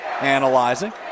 Analyzing